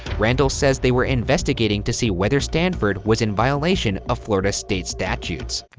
randall says they were investigating to see whether stanford was in violation of florida state statutes. yeah,